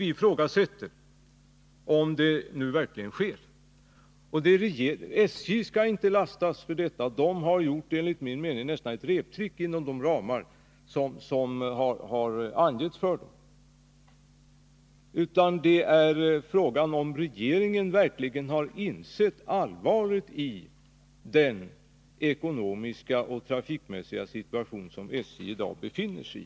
Jag ifrågasätter om detta verkligen sker. SJ skall inte lastas, ty SJ har, enligt min mening, nästan gjort ett reptrick inom de angivna ramarna. Det är tvivelaktigt om regeringen verkligen insett allvaret i den ekonomiska och trafikmässiga situation som SJ i dag befinner sig i.